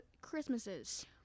Christmases